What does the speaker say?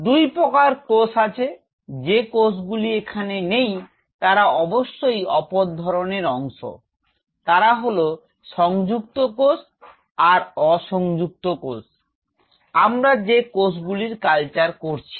দুই প্রকার কোষ আছে যে কোষ গুলি এখানে নেই তারা অবশ্যই অপর ধরনের অংশ তারা হল সংযুক্ত কোষ আর অসংযুক্ত কোষ আমরা যে কোষগুলির কালচার করছি